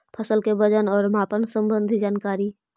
फसल के वजन और मापन संबंधी जनकारी?